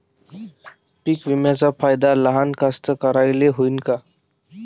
पीक विम्याचा फायदा लहान कास्तकाराइले होईन का?